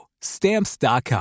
Stamps.com